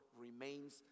remains